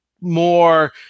more